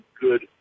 good